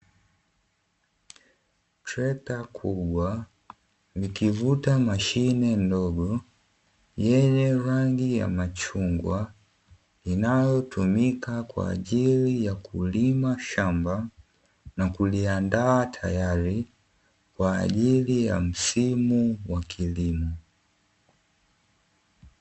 Trekta kubwa likivuta mashine ndogo yenye rangi ya machungwa, inayotumika kwa ajili ya kulima shamba na kuliandaa tayari kwa ajili ya msimu wa kilimo.